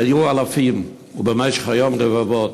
היו אלפים, ובמשך היום, רבבות.